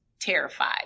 terrified